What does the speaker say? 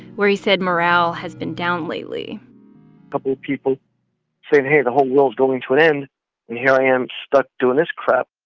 where he said morale has been down lately couple of people saying, hey, the whole world's going to and end, and here i am stuck doing this crap